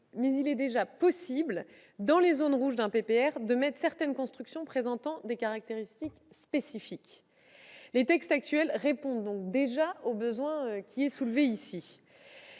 mais il est déjà possible, dans les zones rouges d'un PPR, d'autoriser certaines constructions présentant des caractéristiques spécifiques. Les textes actuels répondent donc déjà au besoin soulevé ici.